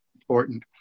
important